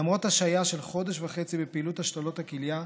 למרות השהיה של חודש וחצי בפעילות השתלות הכליה,